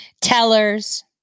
Tellers